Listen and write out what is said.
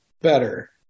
better